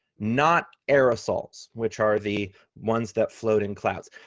not aerosols, which are the ones that float in clouds.